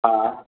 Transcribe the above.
हा